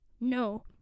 No